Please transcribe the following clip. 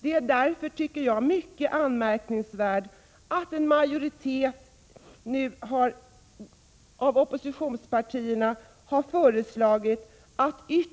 Det är därför mycket anmärkningsvärt att en majoritet av oppositionspartierna nu har föreslagit en ökning av detta